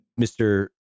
Mr